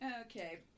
okay